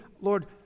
Lord